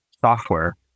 software